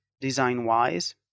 design-wise